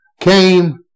came